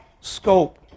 scope